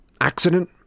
Accident